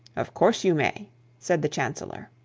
of course you may said the chancellor.